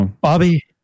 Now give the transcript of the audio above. Bobby